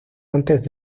antes